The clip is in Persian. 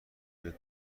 فکر